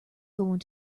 going